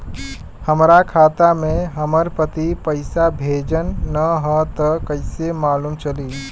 हमरा खाता में हमर पति पइसा भेजल न ह त कइसे मालूम चलि?